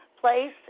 place